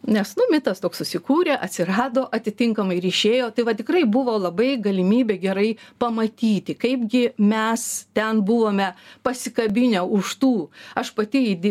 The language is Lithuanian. nes nu mitas toks susikūrė atsirado atitinkamai ryšėjo tai va tikrai buvo labai galimybė gerai pamatyti kaipgi mes ten buvome pasikabinę už tų aš pati idi